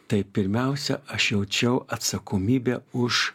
tai pirmiausia aš jaučiau atsakomybę už